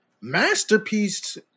masterpiece